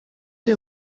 uyu